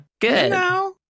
good